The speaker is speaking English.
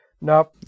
Now